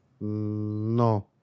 No